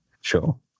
Sure